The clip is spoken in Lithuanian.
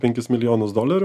penkis milijonus dolerių